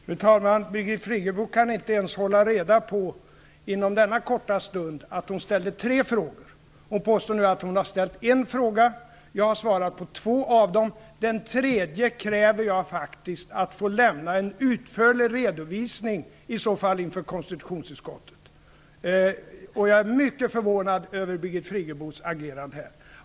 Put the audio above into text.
Fru talman! Birgit Friggebo kan inte ens denna korta stund hålla reda på att hon ställde tre frågor. Hon påstår nu att hon har ställt en fråga. Jag har svarat på två av frågorna. På den tredje kräver jag att få lämna en utförlig redovisning och i så fall inför konstitutionsutskottet. Jag är mycket förvånad över Birgit Friggebos agerande här.